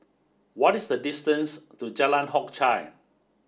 what is the distance to Jalan Hock Chye